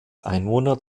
einwohner